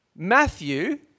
Matthew